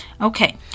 Okay